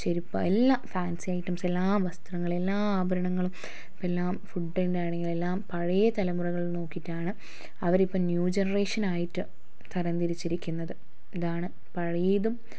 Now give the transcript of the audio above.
ചെരുപ്പോ എല്ലാം ഫാൻസി ഐറ്റംസെല്ലാം വസ്ത്രങ്ങളെല്ലാം എല്ലാ ആഭരണങ്ങളും എല്ലാം ഫുഡിൻ്റെ ആണെങ്കിലും എല്ലാം പഴയ തലമുറകൾ നോക്കിയിട്ടാണ് അവരിപ്പം ന്യൂ ജനറേഷനായിട്ട് തരം തിരിച്ചിരിക്കുന്നത് ഇതാണ് പഴയതും